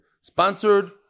sponsored